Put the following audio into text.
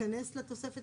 תיכנס לתוספת